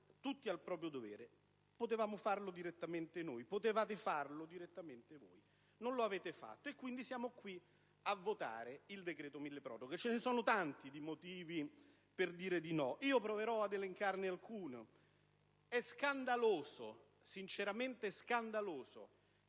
tutti al proprio dovere. Potevamo farlo direttamente noi, potevate farlo direttamente voi. Non l'avete fatto e quindi siamo qui a votare il decreto milleproroghe. Vi sono tanti motivi per esprimere un voto contrario, e proverò ad elencarne alcuni. È sinceramente scandaloso